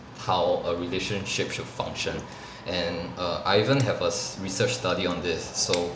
how a relationship should function and err I even have a research study on this so